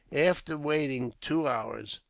after waiting two hours,